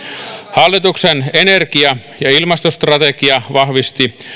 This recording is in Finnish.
hallituksen energia ja ja ilmastostrategia vahvisti